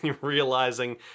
realizing